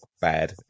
bad